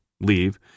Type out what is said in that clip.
leave